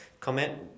Comment